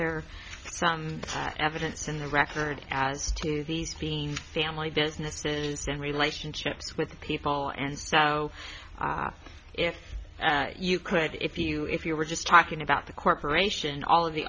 there some evidence in the record as to these being family businesses and relationships with people and so if you could if you if you were just talking about the corporation all of the